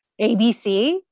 ABC